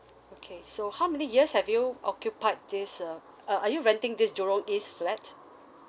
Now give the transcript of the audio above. okay so how many years have you occupied this uh uh are you renting this jurong east flat